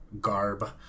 garb